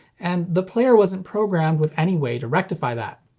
and the player wasn't programmed with any way to rectify that.